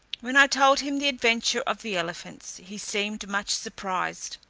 when i told him the adventure of the elephants, he seemed much surprised,